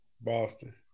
Boston